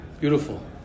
beautiful